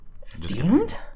Steamed